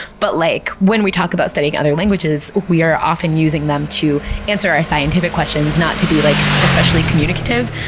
but like when we talk about studying other languages, we are often using them to answer our scientific questions, not to be like especially communicative.